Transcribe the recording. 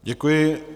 Děkuji.